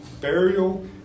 burial